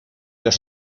los